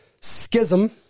Schism